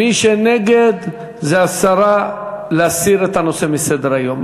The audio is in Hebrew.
מי שנגד, זו הסרה, להסיר את הנושא מסדר-היום.